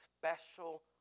special